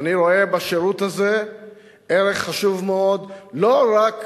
ואני רואה בשירות הזה ערך חשוב מאוד לא רק